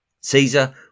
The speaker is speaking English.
Caesar